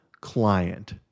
client